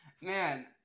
Man